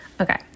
Okay